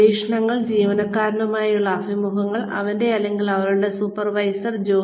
നിരീക്ഷണങ്ങൾ ജീവനക്കാരനുമായുള്ള അഭിമുഖങ്ങൾ അവന്റെ അല്ലെങ്കിൽ അവളുടെ സൂപ്പർവൈസറുമായുള്ള അഭിമുഖങ്ങൾ